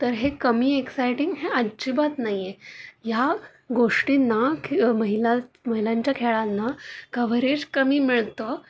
तर हे कमी एक्साइटिंग हे अजिबात नाही आहे ह्या गोष्टींना ख महिला महिलांच्या खेळांना कव्हरेज कमी मिळतं